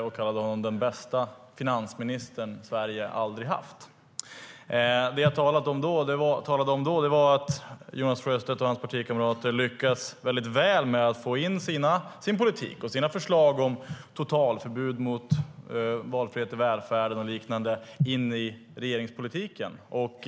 Jag kallade honom den bästa finansministern Sverige aldrig har haft. Jag talade då om att Jonas Sjöstedt och hans partikamrater lyckats väl med att få in sin politik och sina förslag om totalförbud mot valfrihet i välfärden och liknande i regeringspolitiken.